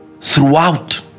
throughout